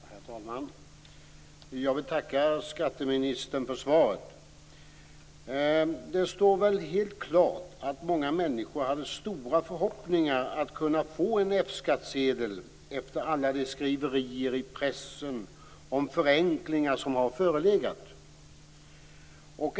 Herr talman! Jag vill tacka skatteministern för svaret. Det står helt klart att många människor hade stora förhoppningar om att kunna få en F-skattsedel efter alla skriverier i pressen om förenklingar som har förelegat.